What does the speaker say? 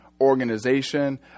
organization